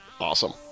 awesome